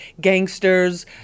gangsters